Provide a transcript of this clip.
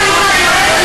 אני אגיד לך עוד דבר,